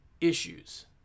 issues